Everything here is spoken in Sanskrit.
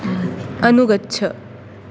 अनुगच्छ